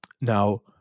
Now